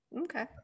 Okay